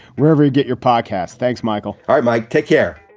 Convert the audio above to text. wherever you get your podcasts. thanks, michael. all right, mike. take care